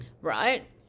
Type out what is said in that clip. right